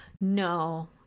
No